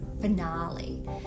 finale